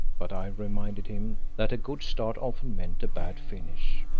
but i reminded him that a good start often meant a bad finish.